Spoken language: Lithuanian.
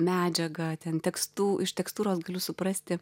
medžiagą ten tekstū iš tekstūros galiu suprasti